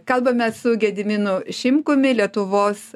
kalbamės su gediminu šimkumi lietuvos